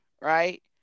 right